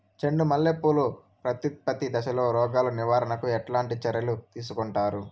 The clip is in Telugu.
చెండు మల్లె పూలు ప్రత్యుత్పత్తి దశలో రోగాలు నివారణకు ఎట్లాంటి చర్యలు తీసుకుంటారు?